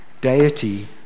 Deity